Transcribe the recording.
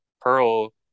Pearl